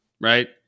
right